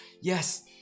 yes